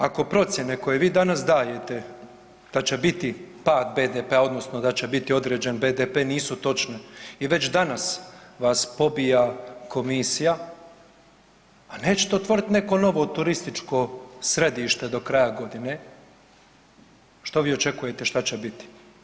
Ako procijene koje vi danas dajete da će biti pad BDP-a odnosno da će biti određen BDP nisu točne i već danas vas pobija komisija, a nećete otvoriti neko novo turističko središte do kraja godine, što vi očekujete šta će biti?